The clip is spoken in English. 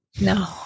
No